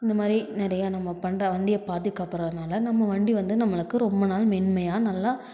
இந்தமாதிரி நிறையா நம்ம பண்ணுற வண்டியை பாதுகாப்புறனால நம்ம வண்டி வந்து நம்மளுக்கு ரொம்ப நாள் மென்மையாக நல்லா